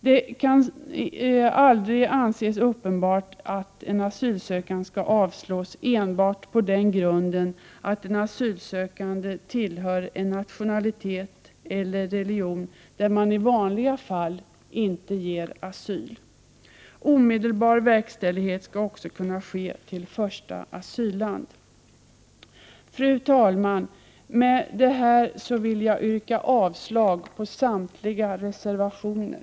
Det kan aldrig anses uppenbart att en asylansökan skall avslås enbart på den grunden att den asylsökande tillhör en nationalitet eller religion där man i vanliga fall inte ger asyl. Omedelbar verkställighet skall också kunna ske till första asylland. Fru talman! Med detta vill jag yrka avslag på samtliga reservationer.